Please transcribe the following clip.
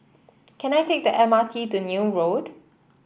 can I take the M R T to Neil Road